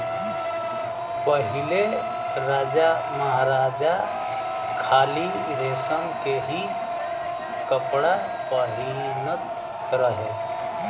पहिले राजामहाराजा खाली रेशम के ही कपड़ा पहिनत रहे